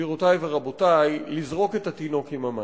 גבירותי ורבותי, לזרוק את התינוק עם המים.